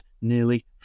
nearly